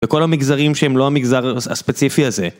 וכל המגזרים שהם לא המגזר הספציפי הזה.